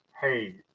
hey